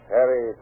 Harry